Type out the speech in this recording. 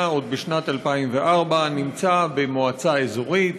עוד בשנת 2004 ונמצא במועצה אזורית.